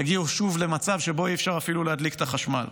ויגיעו שוב למצב שבו אי-אפשר אפילו להדליק את החשמל.